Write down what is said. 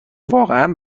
واقعا